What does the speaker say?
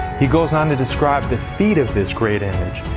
he goes on to describe the feet of this great image,